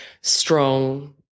strong